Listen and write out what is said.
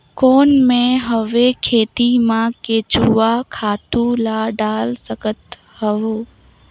कौन मैं हवे खेती मा केचुआ खातु ला डाल सकत हवो?